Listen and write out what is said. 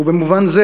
ובמובן זה,